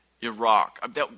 Iraq